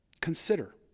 Consider